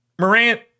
Morant